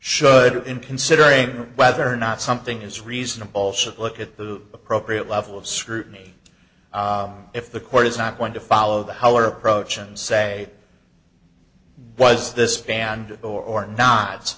should in considering whether or not something is reasonable should look at the appropriate level of scrutiny if the court is not going to follow the how or approach and say was this band or no